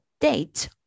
date